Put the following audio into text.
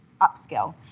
upskill